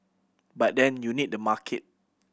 but then you need the market